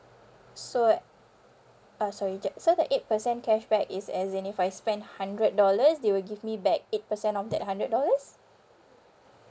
so uh sorry ju~ so the eight percent cashback is as in if I spend hundred dollars they will give me back eight percent of that hundred dollars